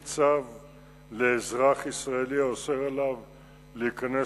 5. האם החיילים, בהתגיירם,